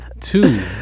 two